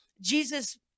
Jesus